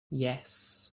yes